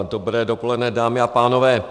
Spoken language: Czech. Dobré dopoledne, dámy a pánové.